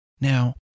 Now